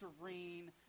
serene